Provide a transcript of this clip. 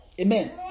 Amen